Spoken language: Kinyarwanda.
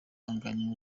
anganya